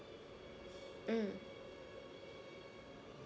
mm